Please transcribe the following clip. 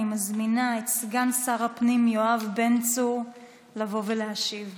אני מזמינה את סגן שר הפנים יואב בן צור לבוא ולהשיב.